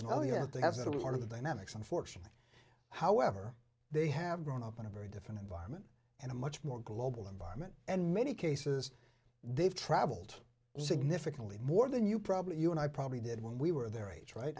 they have to have that are part of the dynamics unfortunately however they have grown up in a very different environment and a much more global environment and many cases they've traveled significantly more than you probably you and i probably did when we were their age right